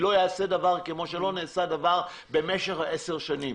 לא ייעשה דבר כמו שלא נעשה דבר במשך עשר שנים.